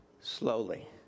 slowly